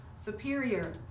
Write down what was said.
superior